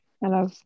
hello